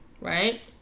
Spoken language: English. Right